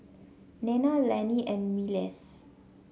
Nena Lanny and Myles